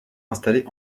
installés